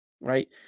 right